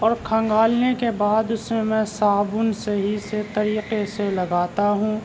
اور کھںگالنے کے بعد اس میں میں صابن صحیح سے طریقے سے لگاتا ہوں